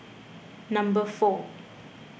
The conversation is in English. number four